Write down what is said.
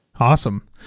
Awesome